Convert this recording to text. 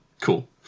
Cool